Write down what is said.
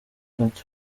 ati